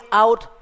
out